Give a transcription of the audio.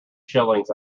shillings